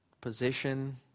position